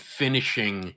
finishing